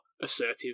assertive